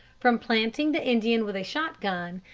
from planting the indian with a shotgun,